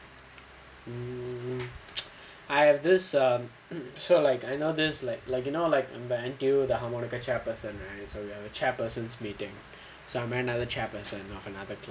I have this err so like I know there's like like in our like N_T_U the harmonica chairperson so you have a chairperson meeting so I met another chairperson of another club